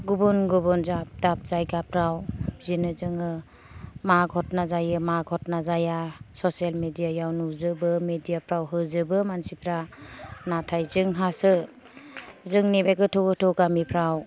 गुबुन गुबुन दाब दाब जायगाफ्राव बिदिनो जोङो मा घथना जायो मा घथना जाया ससियेल मेडियायाव नुजोबो मेडियाफ्राव होजोबो मानसिफ्रा नाथाय जोंहासो जोंनि बे गोथौ गोथौ गामिफ्राव